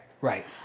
Right